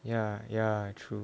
ya ya true